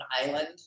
island